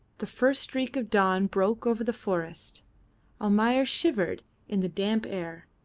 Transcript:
the first streak of dawn broke over the forest almayer shivered in the damp air.